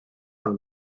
from